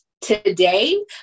today